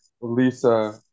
Lisa